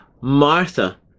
Martha